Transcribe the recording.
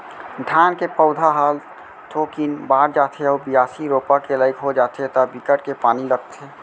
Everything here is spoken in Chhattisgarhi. धान के पउधा ह थोकिन बाड़ जाथे अउ बियासी, रोपा के लाइक हो जाथे त बिकट के पानी लगथे